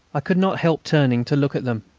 i could not help turning to look at them.